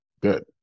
Good